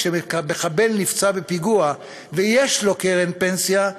כשמחבל נפצע בפיגוע ויש לו קרן פנסיה,